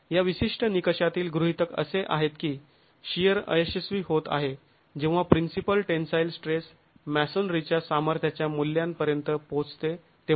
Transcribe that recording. या विशिष्ट निकषातील गृहीतक असे आहेत की शिअर अयशस्वी होत आहे जेव्हा प्रिन्सिपल टेन्साईल स्ट्रेस मसोनरीच्या सामर्थ्याच्या मूल्यांपर्यंत पोहोचते तेव्हा